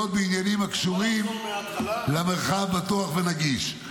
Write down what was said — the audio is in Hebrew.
בעניינים הקשורים למרחב בטוח ונגיש.